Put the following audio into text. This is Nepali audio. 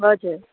हजुर